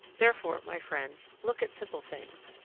therefore, my friends, look at simple things,